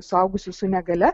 suaugusius su negalia